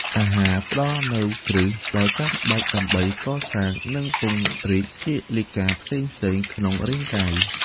អាហារផ្តល់នូវ គ្រឹះ ដ៏ចាំបាច់ដើម្បីកសាង និងពង្រីកជាលិកាផ្សេងៗក្នុងរាងកាយ។